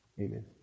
Amen